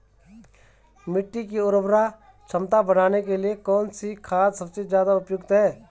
मिट्टी की उर्वरा क्षमता बढ़ाने के लिए कौन सी खाद सबसे ज़्यादा उपयुक्त है?